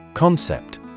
Concept